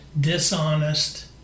dishonest